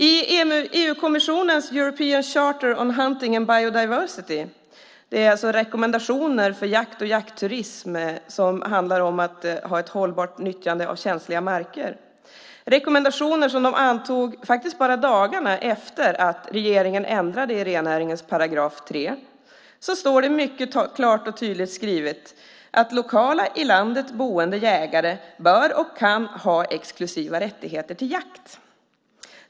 I EU-kommissionens European Charter on Hunting and Biodiversity - rekommendationer för jakt och jaktturism som handlar om ett hållbart nyttjande av känsliga marker, rekommendationer som de antog bara dagarna efter att regeringen ändrade i rennäringens 3 §- står det mycket klart och tydligt skrivet att lokala i landet boende jägare bör och kan ha exklusiva rättigheter till jakt.